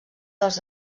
dels